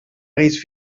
reis